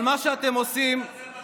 אל תזלזל בציבור.